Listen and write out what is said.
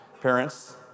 parents